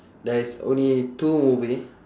there's only two movie